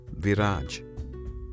viraj